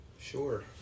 sure